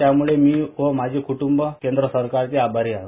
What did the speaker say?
त्यामुळे मी व माझे कुंट्रंब केंद्र सरकारचे आभारी आहे